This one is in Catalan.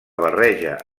barreja